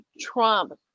Trump